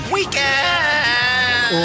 Weekend